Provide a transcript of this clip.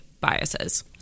biases